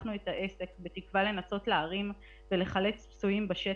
פתחנו את העסק בתקווה לנסות להרים ולחלץ פצועים בשטח,